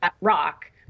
rock